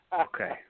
Okay